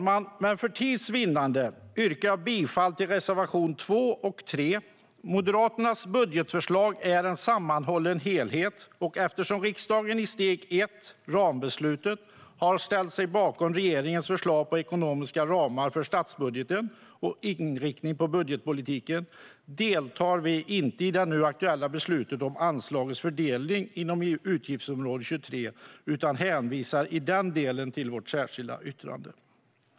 Men för tids vinnande, fru talman, yrkar jag bifall endast till reservationerna 2 och 3. Moderaternas budgetförslag är en sammanhållen helhet. Eftersom riksdagen i steg ett, rambeslutet, har ställt sig bakom regeringens förslag till ekonomiska ramar för statsbudgeten och inriktning på budgetpolitiken deltar vi inte i det nu aktuella beslutet om anslagets fördelning inom Utgiftsområde 23 utan hänvisar i den delen till vårt särskilda yttrande.